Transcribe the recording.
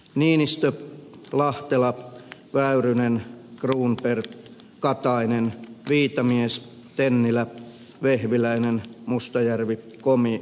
niinistö lahtela väyrynen cronberg katainen viitamies tennilä vehviläinen mustajärvi komi ja lehtomäki